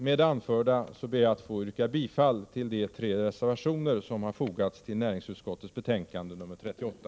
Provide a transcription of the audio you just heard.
Med det anförda ber jag att få yrka bifall till de tre reservationer som har fogats vid näringsutskottets betänkande nr 38.